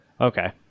Okay